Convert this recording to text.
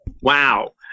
Wow